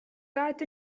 got